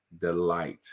delight